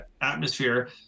Atmosphere